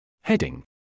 Heading